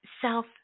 self